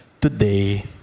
today